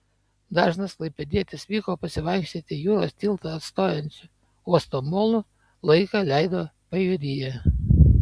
dažnas klaipėdietis vyko pasivaikščioti jūros tiltą atstojančiu uosto molu laiką leido pajūryje